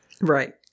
Right